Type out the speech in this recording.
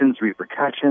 repercussions